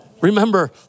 remember